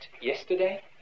yesterday